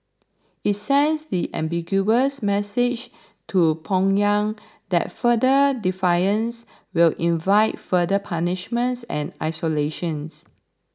it sends the unambiguous message to Pyongyang that further defiance will invite further punishments and isolations